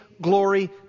glory